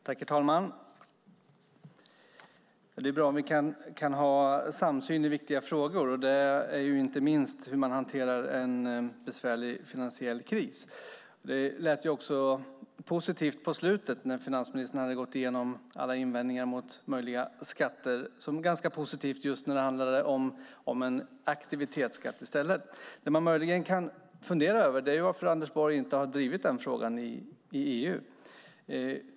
Herr talman! Det är bra om vi kan ha en samsyn i viktiga frågor - inte minst hur man hanterar en besvärlig finansiell kris. När finansministern hade gått igenom alla invändningar mot möjliga skatter lät det ganska positivt när det handlade om en aktivitetsskatt. Man kan möjligen fundera över varför Anders Borg inte har drivit den frågan i EU.